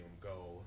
go